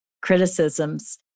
criticisms